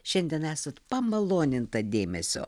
šiandien esat pamaloninta dėmesio